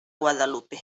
guadalupe